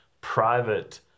private